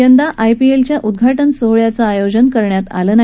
यंदा आयपीएलच्या उद्वाटन सोहळ्याचं आयोजन करण्यात आलं नाही